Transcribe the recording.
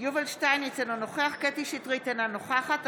יובל שטייניץ, אינו נוכח קטי קטרין שטרית,